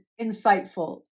insightful